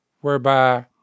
whereby